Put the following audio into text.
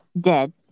dead